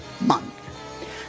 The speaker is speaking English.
month